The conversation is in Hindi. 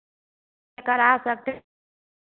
लेकर आ सकते